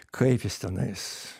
kaip jis tenais